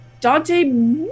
Dante